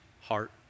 heart